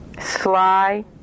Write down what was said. sly